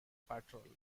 patrol